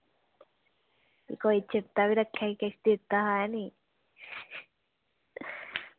कोई चेतै बी रक्खे की किश दित्ता हा नी